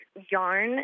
yarn